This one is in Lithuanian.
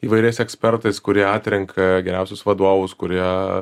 įvairiais ekspertais kurie atrenka geriausius vadovus kurie